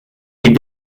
est